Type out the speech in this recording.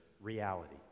reality